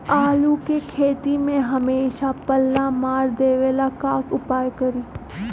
आलू के खेती में हमेसा पल्ला मार देवे ला का उपाय करी?